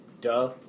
Duh